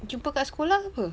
jumpa kat sekolah ke apa